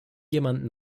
jemand